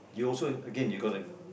you also again you gotta